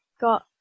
got